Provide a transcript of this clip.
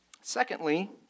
Secondly